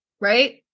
right